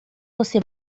você